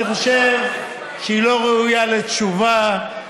אני חושב שהיא לא ראויה לתשובה,